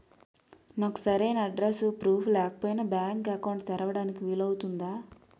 నాకు సరైన address proof లేకపోయినా బ్యాంక్ అకౌంట్ తెరవడానికి వీలవుతుందా?